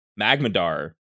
magmadar